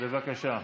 בבקשה.